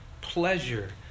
pleasure